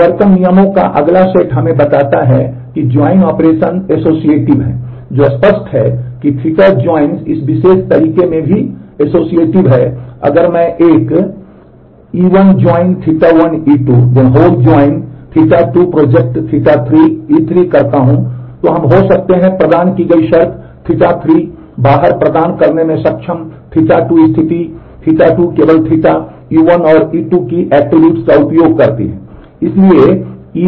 परिवर्तन नियमों का अगला सेट हमें बताता है कि ज्वाइन ऑपरेशन ऐसा करना संभव है